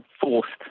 forced